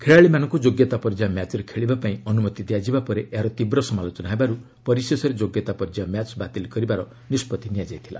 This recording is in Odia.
ଖେଳାଳିମାନଙ୍କୁ ଯୋଗ୍ୟତା ପର୍ଯ୍ୟାୟ ମ୍ୟାଚ୍ରେ ଖେଳିବାପାଇଁ ଅନୁମତି ଦିଆଯିବା ପରେ ଏହାର ତୀବ୍ର ସମାଲୋଚନା ହେବାରୁ ପରିଶେଷରେ ଯୋଗ୍ୟତା ପର୍ଯ୍ୟାୟ ମ୍ୟାଚ୍ ବାତିଲ୍ କରିବାର ନିଷ୍କତ୍ତି ନିଆଯାଇଥିଲା